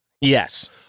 Yes